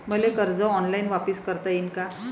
मले कर्ज ऑनलाईन वापिस करता येईन का?